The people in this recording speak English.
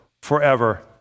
forever